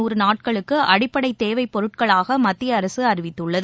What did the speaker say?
திரவம் நாட்களுக்குஅடிப்படைதேவைப்பொருட்களாகமத்தியஅரசுஅறிவித்துள்ளது